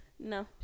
No